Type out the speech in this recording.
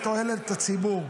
לתועלת הציבור.